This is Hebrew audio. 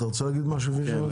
אתה רוצה להגיד משהו לפני --- כן,